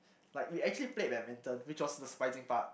like we actually played badminton which was the surprising part